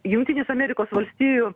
jungtinės amerikos valstijų